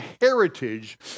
heritage